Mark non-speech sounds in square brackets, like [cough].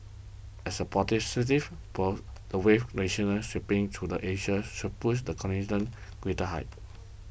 as a [unintelligible] force the wave nationalize sweeping through the Asia should push the continent greater heights